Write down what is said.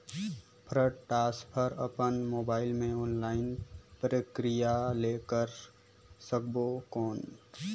Fund transfer अपन mobile मे online प्रक्रिया ले कर सकबो कौन?